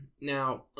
Now